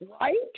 right